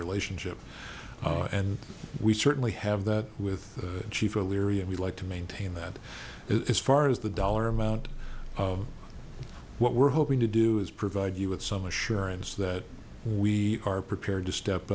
relationship and we certainly have that with chief o'leary and we like to maintain that it's far as the dollar amount of what we're hoping to do is provide you with some assurance that we are prepared to step